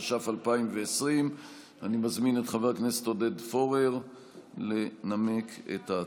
התש"ף 2020. אני מזמין את חבר הכנסת עודד פורר לנמק את ההצעה.